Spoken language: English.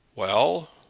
well?